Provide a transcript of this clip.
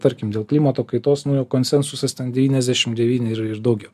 tarkim dėl klimato kaitos nu jau konsensusas ten devyniasdešim devyni ir ir daugiau